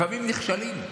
לפעמים נכשלים.